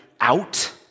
out